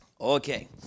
Okay